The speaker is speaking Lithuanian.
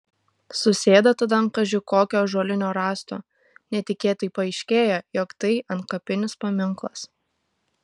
susėda tada ant kaži kokio ąžuolinio rąsto netikėtai paaiškėja jog tai antkapinis paminklas